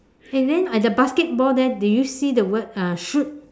and then at the basketball there do you see the word uh shoot